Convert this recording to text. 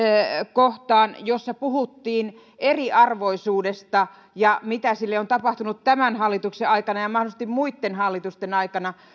kohtaan jossa puhuttiin eriarvoisuudesta ja siitä mitä sille on tapahtunut tämän hallituksen aikana ja mahdollisesti muitten hallitusten aikana